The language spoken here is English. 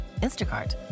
Instacart